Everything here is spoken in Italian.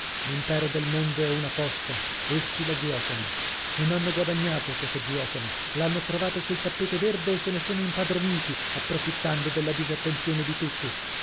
l'impero del mondo è una posta essi la giuocano non hanno guadagnato ciò che giuocano l'hanno trovato sul tappeto verde e se ne sono impadroniti approfittando della disattenzione di tutti